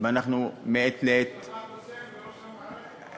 ואנחנו מעת לעת, יש לך קוסם בראש המערכת.